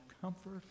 comfort